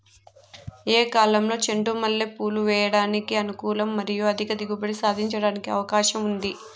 ఏ కాలంలో చెండు మల్లె పూలు వేయడానికి అనుకూలం మరియు అధిక దిగుబడి సాధించడానికి అవకాశం ఉంది?